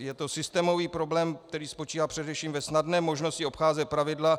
Je to systémový problém, který spočívá především ve snadné možnosti obcházet pravidla